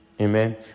Amen